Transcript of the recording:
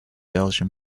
belgian